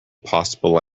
possible